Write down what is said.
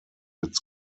its